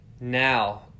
Now